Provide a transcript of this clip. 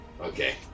Okay